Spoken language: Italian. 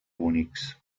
unix